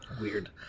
weird